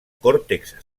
còrtex